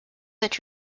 that